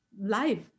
life